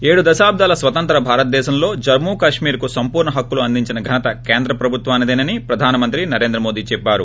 ఏడు దశాబ్దాల స్వతంత్ర్య భారతదేశంలో జమ్ముకశ్మీర్కు సంపూర్ణ హక్కులు అందించిన ఘనత కేంద్ర ప్రభుత్వానిదేనని ప్రధాన మంత్రి నరేంద్రమోదీ చెప్పారు